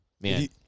man